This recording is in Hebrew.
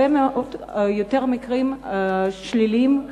הרבה יותר למקרים שליליים ואלימים.